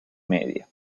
media